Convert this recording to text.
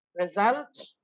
result